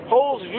Holes